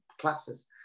classes